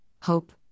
hope